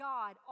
God